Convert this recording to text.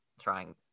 trying